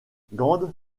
gand